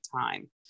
time